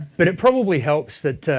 but it probably helps that,